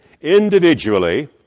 individually